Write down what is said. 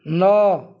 ନଅ